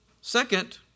second